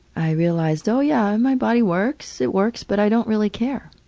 i realized, oh yeah, my body works, it works, but i don't really care.